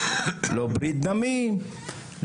לא ברית דמים,